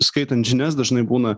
skaitant žinias dažnai būna